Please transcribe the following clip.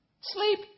Sleep